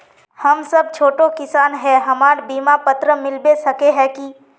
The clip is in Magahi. हम सब छोटो किसान है हमरा बिमा पात्र मिलबे सके है की?